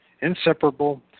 inseparable